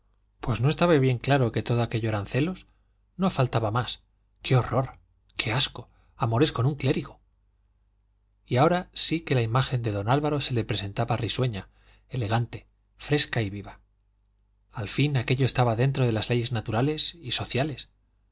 pues no estaba bien claro que todo aquello eran celos no faltaba más qué horror qué asco amores con un clérigo y ahora sí que la imagen de don álvaro se le presentaba risueña elegante fresca y viva al fin aquello estaba dentro de las leyes naturales y sociales